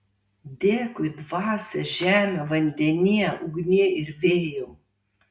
dėkui dvasia žeme vandenie ugnie ir vėjau